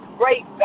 great